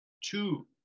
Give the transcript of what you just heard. two